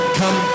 come